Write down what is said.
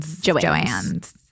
Joanne's